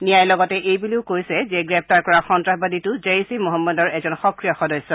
নিয়াই লগতে এইবুলিও কৈছে যে গ্ৰেপ্তাৰ কৰা সন্তাসবাদীটো জেইছ ই মহম্মদৰ এজন সক্ৰিয় সদস্য